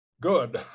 Good